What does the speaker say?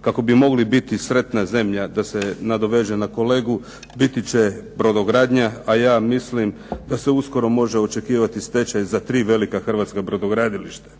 kako bi mogli biti sretna zemlja da se nadovežem na kolegu biti će brodogradnja a ja mislim da se može očekivati stečaj za tri velika Hrvatska brodogradilišta.